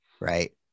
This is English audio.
right